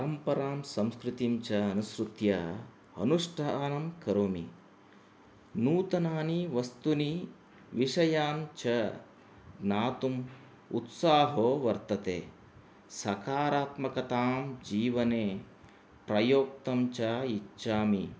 परम्परां संस्कृतिं च अनुसृत्य अनुष्ठानं करोमि नूतनानि वस्तूनि विषयान् च ज्ञातुम् उत्साहो वर्तते सकारात्मकतां जीवने प्रयोक्तम् च इच्छामि